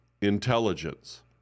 intelligence